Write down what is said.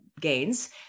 gains